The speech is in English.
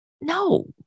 no